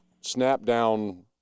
snap-down